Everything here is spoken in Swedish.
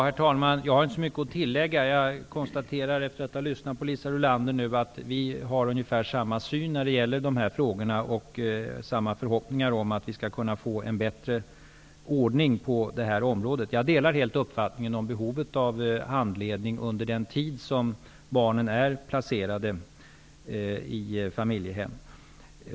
Herr talman! Jag har inte så mycket att tillägga. Efter att ha lyssnat till Liisa Rulander konstaterar jag att vi har ungefär samma syn på dessa frågor och samma förhoppningar om att vi skall kunna få en bättre ordning på detta område. Jag delar helt uppfattningen om behovet av handledning under den tid som barnen är placerade i familjehem.